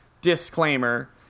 disclaimer